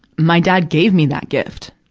my dad gave me that gift.